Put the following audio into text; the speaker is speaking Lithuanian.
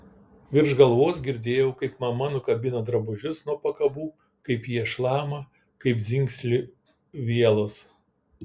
virš galvos girdėjau kaip mama nukabina drabužius nuo pakabų kaip jie šlama kaip dzingsi vielos